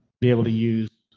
be able to use